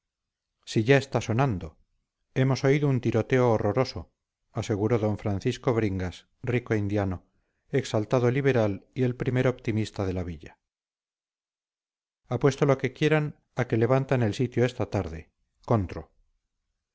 si ya está sonando hemos oído un tiroteo horroroso aseguró d francisco bringas rico indiano exaltado liberal y el primer optimista de la villa apuesto lo que quieran a que levantan el sitio esta tarde contro